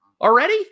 already